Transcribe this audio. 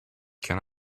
can